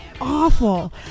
awful